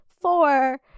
four